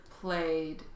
played